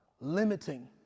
limiting